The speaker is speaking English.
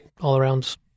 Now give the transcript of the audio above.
all-around